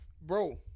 bro